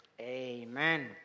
Amen